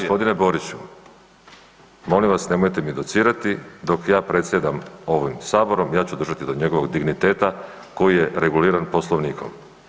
Poštovani g. Boriću, molim vas nemojte mi docirati dok ja predsjedam ovim Saborom, ja ću držati do njegovog digniteta koji je reguliran Poslovnikom.